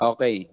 Okay